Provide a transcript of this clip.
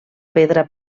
pedra